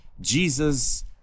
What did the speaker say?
Jesus